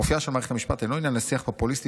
"אופייה של מערכת המשפט אינו עניין לשיח פופוליסטי,